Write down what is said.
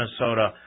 Minnesota